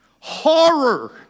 horror